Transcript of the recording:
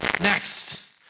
Next